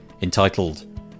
entitled